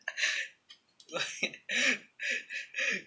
right